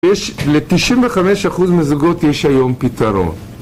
יש, ל-95% מזוגות יש היום פתרון